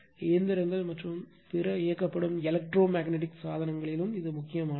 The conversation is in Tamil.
இயந்திரங்கள் மற்றும் பிற AC இயக்கப்படும் எலக்ட்ரோ மேக்னெட்டிக் சாதனங்களிலும் முக்கியமானது